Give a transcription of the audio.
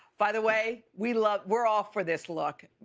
by the way, we love we're all for this look.